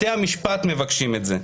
בתי המשפט מבקשים את זה.